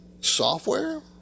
software